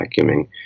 vacuuming